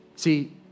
See